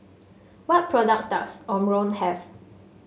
what products does Omron have